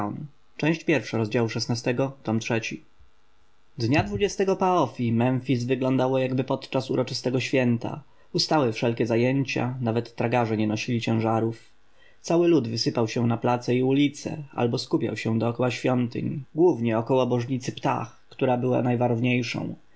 oczy z mi dwudziestego partii memfis wyglądało jakby podczas uroczystego święta ustały wszelkie zajęcia nawet tragarze nie nosili ciężarów cały lud wysypał się na place i ulice albo skupiał się dokoła świątyń głównie około bożnicy ptah która była najwarowniejszą